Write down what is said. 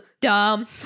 dumb